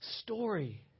story